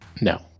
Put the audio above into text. No